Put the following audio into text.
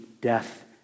death